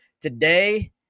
today